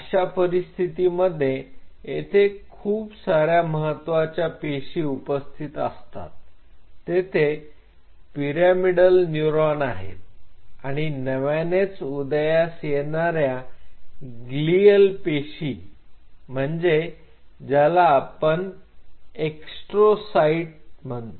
अशा परिस्थितीमध्ये येथे खूप सार्या महत्त्वाच्या पेशी उपस्थित असतात तेथे पिरॅमिडल न्यूरॉन आहेत आणि नव्यानेच उदयास येणाऱ्या ग्लीअल पेशी म्हणजे त्याला आपण एस्ट्रो साईट म्हणतो